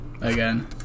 Again